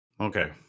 okay